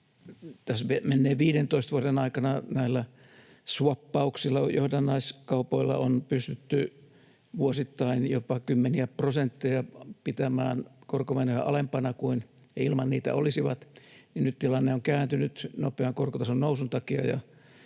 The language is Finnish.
Tässä menneiden 15 vuoden aikana swappauksilla, johdannaiskaupoilla, on pystytty vuosittain jopa kymmeniä prosentteja pitämään korkomenoja alempana kuin ne ilman niitä olisivat, ja nyt tilanne on kääntynyt nopean korkotason nousun takia.